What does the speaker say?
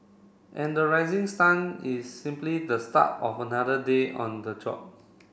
and the rising sun is simply the start of another day on the job